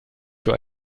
für